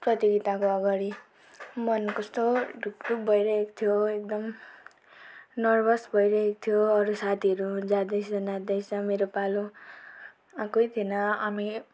प्रतियोगिताको अगाडि मन कस्तो ढुकढुक भइरहेको थियो एकदम नर्भस भइरहेको थियो अरू साथीहरू जाँदैछ नाच्दैछ मेरो पालो आएकै थिएन हामी